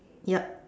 yup